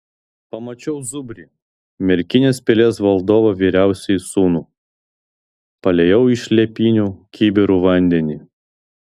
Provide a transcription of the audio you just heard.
pamačiau zubrį merkinės pilies valdovo vyriausiąjį sūnų paliejau iš liepinių kibirų vandenį